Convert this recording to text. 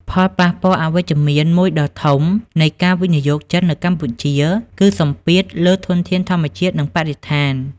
ផលប៉ះពាល់អវិជ្ជមានមួយដ៏ធំនៃការវិនិយោគចិននៅកម្ពុជា គឺសម្ពាធលើធនធានធម្មជាតិ និងបរិស្ថាន។